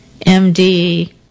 MD